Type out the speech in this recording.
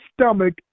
stomach